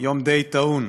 טעון,